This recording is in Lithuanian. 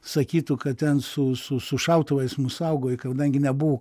sakytų kad ten su su su šautuvais mus saugo kadangi nebuvo